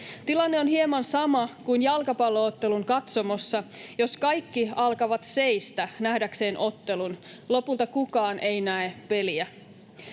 Tilanne on hieman sama kuin jalkapallo-ottelun katsomossa, jos kaikki alkavat seistä nähdäkseen ottelun — lopulta kukaan ei näe peliä.